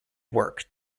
work